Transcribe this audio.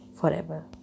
forever